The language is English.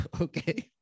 okay